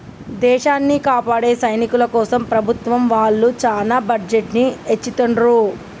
దేశాన్ని కాపాడే సైనికుల కోసం ప్రభుత్వం వాళ్ళు చానా బడ్జెట్ ని ఎచ్చిత్తండ్రు